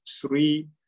three